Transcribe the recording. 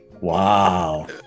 Wow